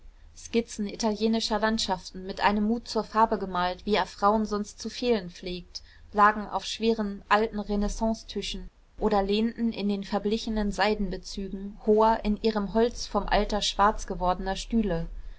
skizzen italienischer landschaften mit einem mut zur farbe gemalt wie er frauen sonst zu fehlen pflegt lagen auf schweren alten renaissancetischen oder lehnten in den verblichenen seidenbezügen hoher in ihrem holz vom alter schwarz gewordener stühle